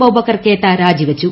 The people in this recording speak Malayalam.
ബൌബക്കർ കേത്ത രാജിവെച്ചു